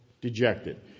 dejected